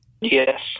yes